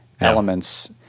elements